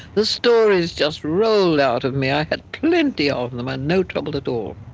the stories just rolled out of me, i had plenty of and them, and no trouble at all.